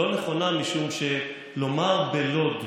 היא לא נכונה משום שלומר בלוד,